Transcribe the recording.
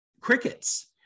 Crickets